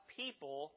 people